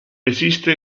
esiste